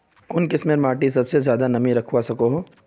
कुन किस्मेर माटी सबसे ज्यादा नमी रखवा सको हो?